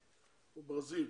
וברזיל,